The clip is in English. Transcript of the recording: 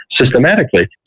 systematically